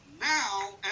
now